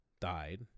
died